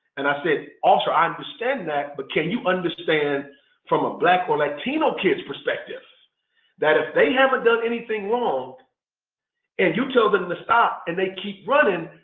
and i said, officer, i understand that but can you understand from a black or latino kid's perspective that if they haven't done anything wrong and you tell them to stop and they keep running,